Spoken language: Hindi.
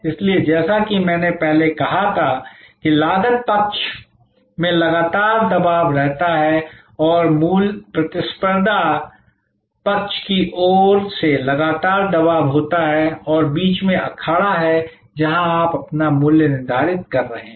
इसलिए जैसा कि मैंने पहले कहा था कि लागत पक्ष से लगातार दबाव रहता है और प्रतिस्पर्धा पक्ष की ओर से लगातार दबाव होता है और बीच में अखाड़ा है जहां आप अपना मूल्य निर्धारित कर रहे हैं